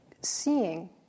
Seeing